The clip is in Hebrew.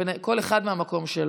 כל אחד מהמקום שלו.